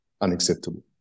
unacceptable